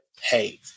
Hey